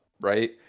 right